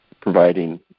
providing